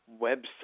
website